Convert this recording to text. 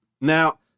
now